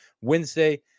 Wednesday